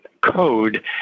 code